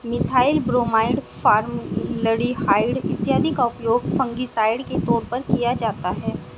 methyl bromide, formaldehyde इत्यादि का उपयोग फंगिसाइड के तौर पर किया जाता है